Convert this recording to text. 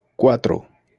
cuatro